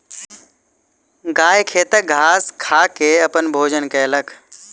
गाय खेतक घास खा के अपन भोजन कयलक